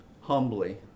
humbly